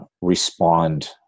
respond